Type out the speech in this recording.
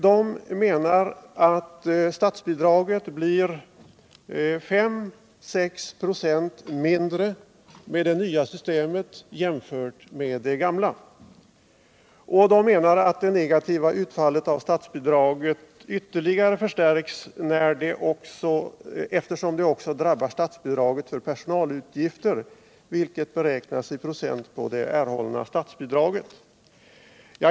De menar att statsbidraget med det nya systemet blir 5-8 ?5 mindre än med det gamla. De menar också att det negativa utfallet av det nya statsbidragssystemcet ytterligare förstärks, eftersom det även drabbar statsbidraget för personalutgifter, vilket beräknas i procent på det erhållna statsbidraget.